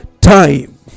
time